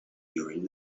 during